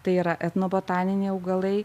tai yra etnobotaniniai augalai